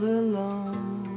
alone